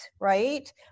right